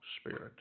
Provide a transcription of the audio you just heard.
spirit